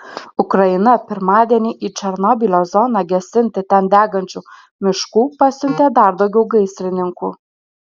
ukraina pirmadienį į černobylio zoną gesinti ten degančių miškų pasiuntė dar daugiau gaisrininkų